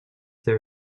their